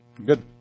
good